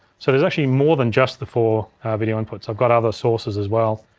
so there's actually more than just the four video inputs, i've got other sources as well.